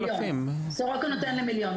סורוקה נותן למיליון.